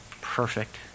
perfect